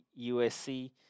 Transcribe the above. USC